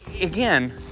again